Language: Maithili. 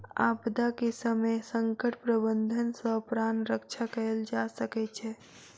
आपदा के समय संकट प्रबंधन सॅ प्राण रक्षा कयल जा सकै छै